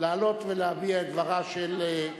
לעלות ולהביע את דברה של,